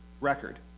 record